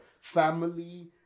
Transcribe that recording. family